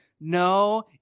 no